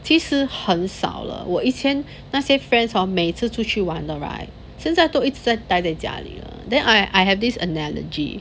其实很少了我以前那些 friends hor 每次出去玩的 right 现在都一直待在家里 then I I have this analogy